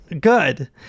Good